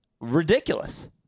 ridiculous